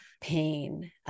pain